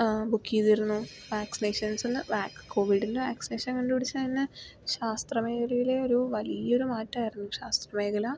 ബുക്കെയ്തിരുന്നു vaccinations വാ കോവിഡിൻ്റെ vaccination കണ്ട് പിടിച്ചത് തന്നെ ശാസ്ത്രമേഖലയിലെ ഒരു വലിയൊര് മാറ്റായിരുന്നു ശാസ്ത്രമേഖല